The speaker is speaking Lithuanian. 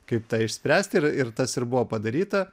kaip išspręsti ir ir tas ir buvo padaryta